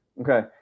Okay